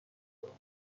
ببارد